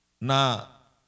na